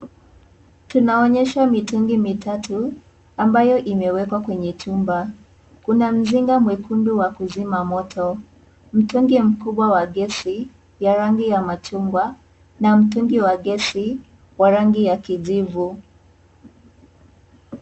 Tunaonyeshwa mitungi mitatu, ambayo imewekwa kwenye chumba kuna mzinga mwekundu wa kuzima moto mtungi mkubwa wa gesi ya rangi ya machungwa na mtungi wa gesi wa rangi ya kijivu.